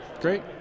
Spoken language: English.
Great